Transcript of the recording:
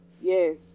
yes